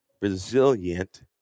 resilient